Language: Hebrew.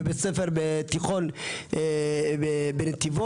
בבית ספר תיכון בנתיבות.